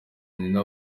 nina